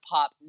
Pop